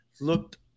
looked